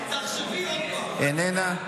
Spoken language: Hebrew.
איננה,